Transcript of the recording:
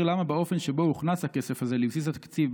למה באופן שבו הוכנס הכסף הזה לבסיס התקציב,